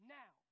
now